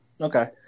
okay